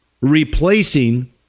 replacing